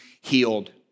healed